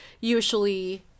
Usually